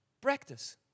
practice